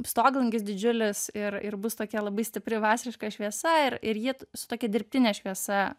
stoglangis didžiulis ir ir bus tokia labai stipri vasariška šviesa ir ir ji su tokia dirbtine šviesa